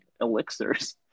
elixirs